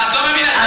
מה, את לא מבינה, .